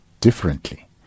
differently